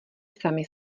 sami